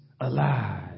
alive